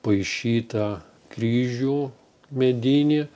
paišytą kryžių medinį